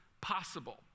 possible